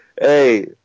Hey